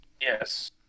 Yes